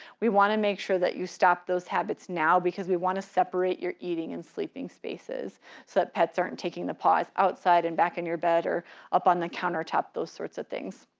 we wanna make sure that you stop those habits now because we wanna separate your eating and sleeping spaces so that pets aren't taking the pause outside and back in your bed or up on the countertop, those sorts of things.